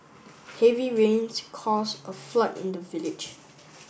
heavy rains caused a flood in the village